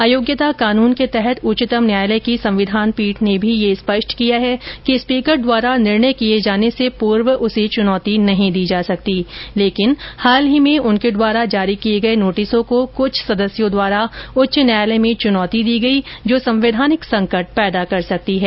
अयोग्यता कानून के तहत उच्चतम न्यायलय की संविधान पीठ ने भी यह स्पष्ट किया है कि स्पीकर द्वारा निर्णय किये जाने से पूर्व उसे चुनौती नहीं दी जा सकती लेकिन हाल ही में उनके द्वारा जारी किये नोटिसों को कुछ सदस्यों द्वारा उच्च न्यायालय में चुनौती दी गयी जो संवैधानिक संकट पैदा कर सकती है